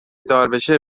داربشه